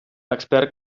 expert